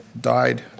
died